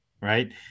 right